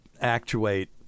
actuate